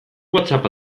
whatsapp